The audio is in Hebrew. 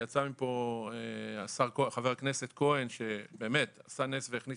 יצא מפה חבר הכנסת כהן שבאמת עשה נס והכניס